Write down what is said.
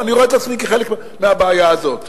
אני רואה את עצמי כחלק מהבעיה הזאת.